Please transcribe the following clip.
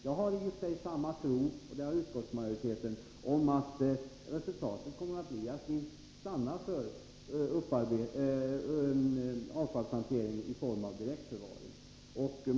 Jag har i och för sig samma tro som utskottsmajoriteten, att resultatet kommer att bli att vi stannar för avfallshantering i form av direktförvaring.